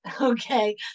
okay